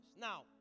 Now